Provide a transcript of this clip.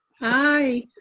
Hi